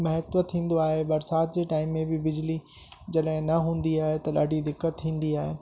महत्व थींदो आहे बरसाति जे टाइम में बि बिजली जॾहिं न हूंदी आहे त ॾाढी दिक़तु थींदी आहे